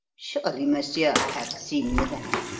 surely, monsieur, i have seen you there?